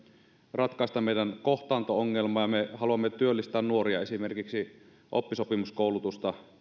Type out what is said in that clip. ratkaista meidän kohtaanto ongelman ja me haluamme työllistää nuoria esimerkiksi oppisopimuskoulutusta